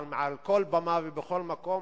מעל כל במה ובכל מקום,